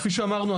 כפי שאמרנו,